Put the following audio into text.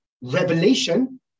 revelation